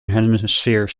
hemisphere